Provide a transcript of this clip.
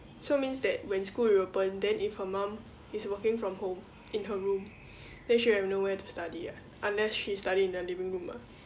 so means that when school reopen then if her mum is working from home in her room then she have nowhere to study ah unless she study in the living room ah